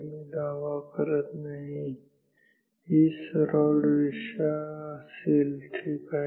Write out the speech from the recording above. मी दावा करत नाही ही सरळ रेषा असेल ठीक आहे